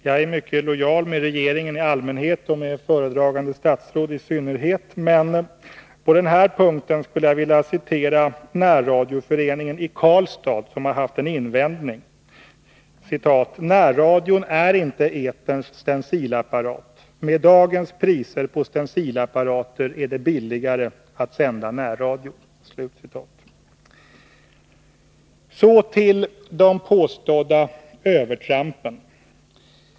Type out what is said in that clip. Jag är mycket lojal med regeringen i allmänhet och föredragande statsrådet i synnerhet, men på den här punkten skulle jag vilja citera närradioföreningen i Karlstad, som haft en invändning: Närradion är inte eterns stencilapparat. Med dagens priser på stencilapparater är det billigare att sända närradio. Så till de påstådda övertrampen.